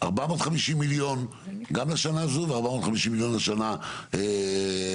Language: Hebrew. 450 מיליון גם לשנה הזו ו-450 מיליון לשנה הבאה,